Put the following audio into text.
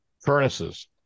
Furnaces